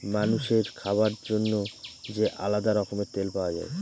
মানুষের খাবার জন্য যে আলাদা রকমের তেল পাওয়া যায়